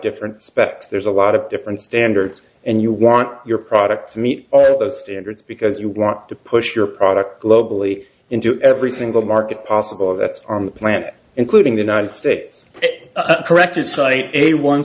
different spec there's a lot of different standards and you want your product to meet the standards because you want to push your product globally into every single market possible that's on the planet including the united states it corrected cite a one